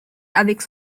avec